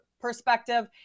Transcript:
perspective